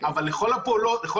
אבל לכל הפחות,